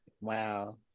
Wow